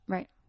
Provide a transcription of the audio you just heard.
Right